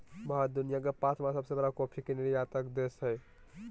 भारत दुनिया के पांचवां सबसे बड़ा कॉफ़ी के निर्यातक देश हइ